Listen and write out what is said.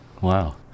Wow